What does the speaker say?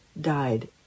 died